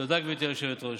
תודה, גברתי היושבת-ראש.